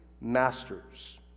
masters